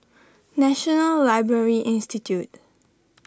National Library Institute